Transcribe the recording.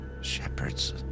Shepherd's